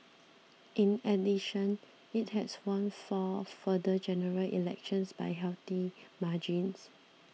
in addition it has won four further General Elections by healthy margins